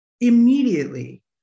immediately